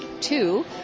Two